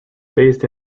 based